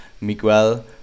Miguel